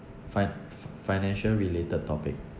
fi~ f~ financial related topic